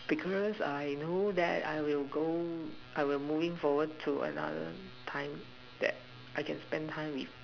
because I know that I will go moving forward to another time that I can spend time with